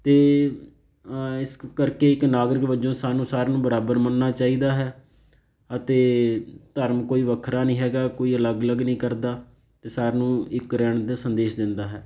ਅਤੇ ਇਸ ਕਰਕੇ ਇੱਕ ਨਾਗਰਿਕ ਵਜੋਂ ਸਾਨੂੰ ਸਾਰਿਆਂ ਨੂੰ ਬਰਾਬਰ ਮੰਨਣਾ ਚਾਹੀਦਾ ਹੈ ਅਤੇ ਧਰਮ ਕੋਈ ਵੱਖਰਾ ਨਹੀਂ ਹੈਗਾ ਕੋਈ ਅਲੱਗ ਅਲੱਗ ਨਹੀਂ ਕਰਦਾ ਅਤੇ ਸਾਰਿਆਂ ਨੂੰ ਇੱਕ ਰਹਿਣ ਦਾ ਸੰਦੇਸ਼ ਦਿੰਦਾ ਹੈ